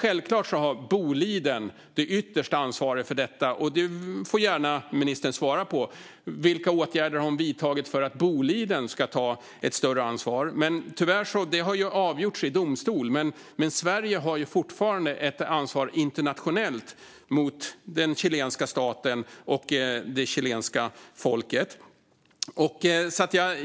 Givetvis har Boliden det yttersta ansvaret för detta, och ministern får gärna svara på vilka åtgärder hon har vidtagit för att Boliden ska ta ett större ansvar. Detta har tyvärr avgjorts i domstol, men Sverige har fortfarande ett ansvar internationellt gentemot den chilenska staten och det chilenska folket.